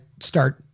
start